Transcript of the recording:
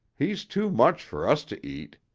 he's too much for us to eat.